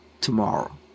tomorrow